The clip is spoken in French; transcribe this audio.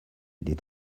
les